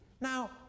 now